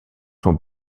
son